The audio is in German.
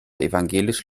evangelisch